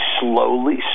slowly